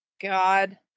God